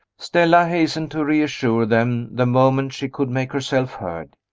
stella hastened to reassure them, the moment she could make herself heard.